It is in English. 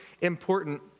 important